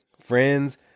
friends